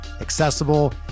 accessible